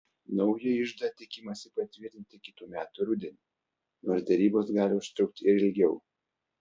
naują iždą tikimasi patvirtinti kitų metų rudenį nors derybos gali užtrukti ir ilgiau